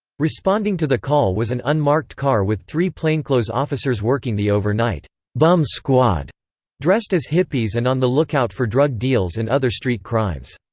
responding to the call was an unmarked car with three plainclothes officers working the overnight bum squad dressed as hippies and on the lookout for drug deals and other street crimes.